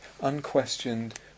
unquestioned